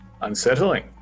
Unsettling